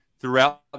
throughout